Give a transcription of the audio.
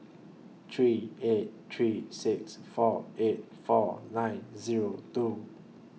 three eight three six four eight four nine Zero two